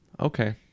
okay